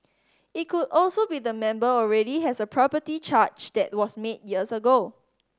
it could also be the member already has a property charge that was made years ago